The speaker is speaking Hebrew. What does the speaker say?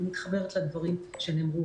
היא מתחברת לדברים שנאמרו,